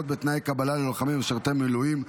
העדפה מתקנת ללוחמים),